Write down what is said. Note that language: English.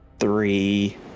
Three